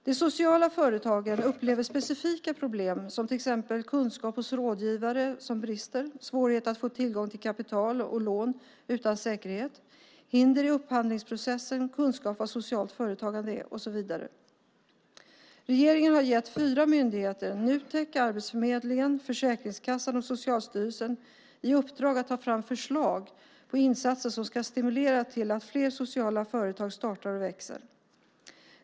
De sociala företagen upplever specifika problem, till exempel bristande kunskap hos rådgivare, svårighet att få tillgång till kapital eller lån utan säkerhet, hinder i upphandlingsprocessen, kunskap om vad socialt företagande är och så vidare. Regeringen har gett fyra myndigheter - Nutek, Arbetsförmedlingen, Försäkringskassan och Socialstyrelsen - i uppdrag att ta fram förslag på insatser som ska stimulera till att fler sociala företag startar och växer.